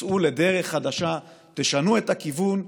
צאו לדרך חדשה, תשנו את הכיוון,